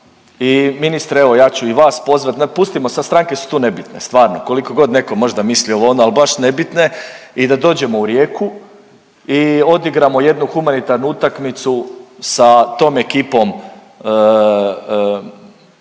I ministre evo ja ću i vas pozvat, pustimo sad stranke su tu nebitne stvarno, kolikogod neko možda mislio ovo, ono, ali baš nebitne i da dođemo u Rijeku i odigramo jednu humanitarnu utakmicu sa tom ekipom